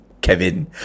Kevin